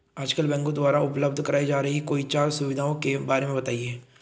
आजकल बैंकों द्वारा उपलब्ध कराई जा रही कोई चार सुविधाओं के बारे में बताइए?